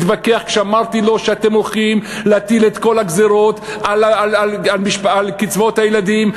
התווכח כשאמרתי לו שאתם הולכים להטיל את כל הגזירות על קצבאות הילדים,